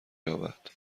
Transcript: یابد